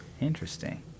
interesting